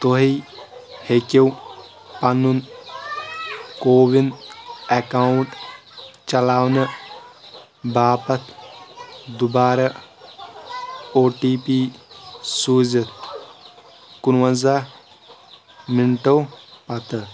تُہۍ ہیٚکِو پنُن کووِن اکاؤنٹ چلاونہٕ باپتھ دُبارٕ او ٹی پی سوٗزِتھ کُنونٛزہ مِنٹو پتہٕ